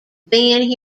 being